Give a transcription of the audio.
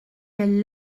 elle